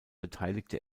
beteiligte